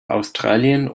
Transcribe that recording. australien